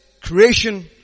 creation